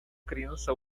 criança